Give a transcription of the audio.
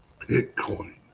Bitcoin